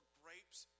grapes